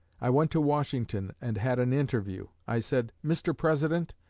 i went to washington and had an interview. i said mr. president,